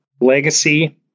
legacy